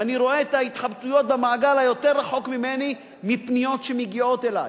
ואני רואה את ההתחבטויות במעגל היותר-רחוק ממני מפניות שמגיעות אלי.